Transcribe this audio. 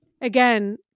Again